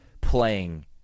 playing